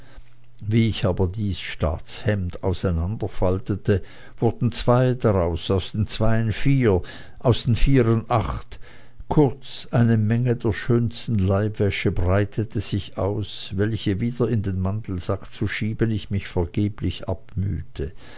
wie ich aber dies staatshemd auseinanderfaltete wurden zweie daraus aus den zweien vier aus den vieren acht kurz eine menge der schönsten leibwäsche breitete sich aus welche wieder in den mantelsack zu schieben ich mich vergeblich abmühte